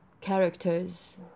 characters